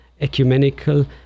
ecumenical